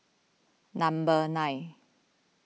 number nine